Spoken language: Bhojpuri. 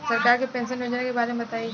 सरकार के पेंशन योजना के बारे में बताईं?